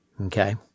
Okay